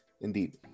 indeed